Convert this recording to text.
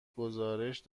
گزارش